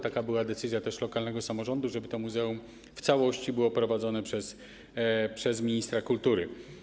Taka była też decyzja lokalnego samorządu, żeby to muzeum w całości było prowadzone przez ministra kultury.